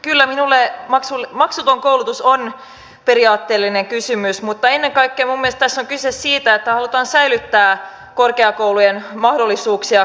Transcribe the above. kyllä minulle maksuton koulutus on periaatteellinen kysymys mutta ennen kaikkea minun mielestäni tässä on kyse siitä että halutaan säilyttää korkeakoulujen mahdollisuuksia kansainvälistyä